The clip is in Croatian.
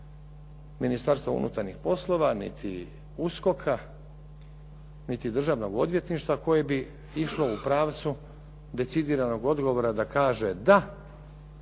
Ministarstva unutarnjih poslova, niti USKOK-a, niti Državnog odvjetništva koje bi išlo u pravcu decidiranog odgovora da kaže da,